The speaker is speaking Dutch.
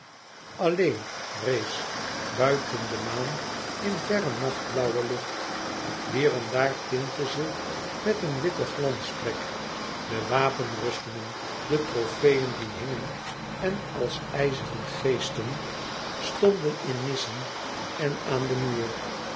alleen rees buiten de maan in verre nachtblauwe lucht hier en daar tintte ze met een witte glansplek de wapenrustingen de trofeeën die hingen en als ijzeren geesten stonden in nissen en aan den muur